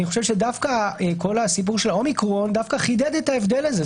דווקא כל הסיפור של האומיקורן חידד את ההבדל הזה.